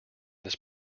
this